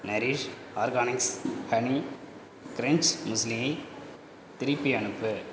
nourish Organics honey crunch முஸ்லியை திருப்பி அனுப்பு